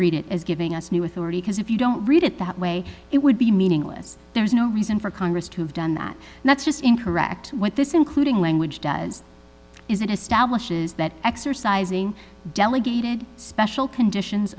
read it as giving us new authority because if you don't read it that way it would be meaningless there's no reason for congress to have done that and that's just incorrect what this including language does is it establishes that exercising delegate special conditions